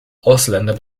ausländer